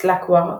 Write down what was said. סלאקוור,